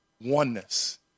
Oneness